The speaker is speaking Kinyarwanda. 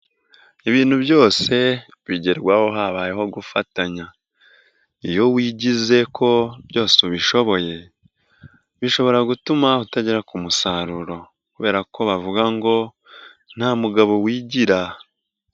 Ibintu byose bigerwaho habayeho gufatanya. Iyo wigize ko byose ubishoboye bishobora gutuma utagera ku musaruro kubera ko bavuga ngo nta mugabo wigira.